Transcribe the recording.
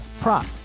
prop